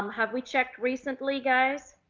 um have we checked recently guys?